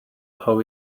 how